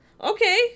Okay